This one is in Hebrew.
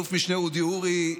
אלוף משנה אודי אורי,